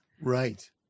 right